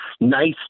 nice